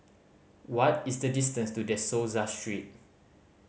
what is the distance to De Souza Street